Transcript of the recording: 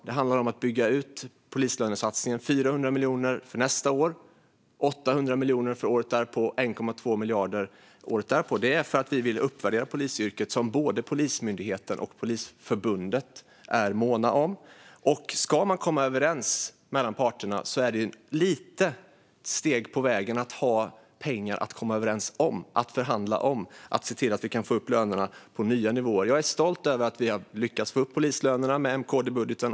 Det handlar om att bygga ut polislönesatsningen - 400 miljoner kronor för nästa år, 800 miljoner kronor för 2023 och 1,2 miljarder kronor för 2024. Det är för att vi vill uppvärdera polisyrket, vilket både Polismyndigheten och Polisförbundet är måna om. Ska man komma överens mellan parterna är det ett litet steg på vägen att ha pengar att förhandla om och komma överens om för att se till att få upp lönerna på nya nivåer. Jag är stolt över att vi har lyckats få upp polislönerna med M-KD-budgeten.